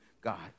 God